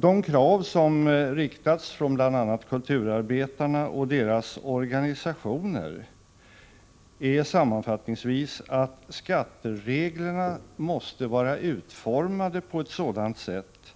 De krav som ställts från bl.a. kulturarbetarna och deras organisationer är sammanfattningsvis att skattereglerna måste vara utformade på ett sådant sätt